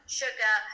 sugar